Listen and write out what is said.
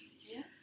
Yes